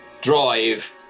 drive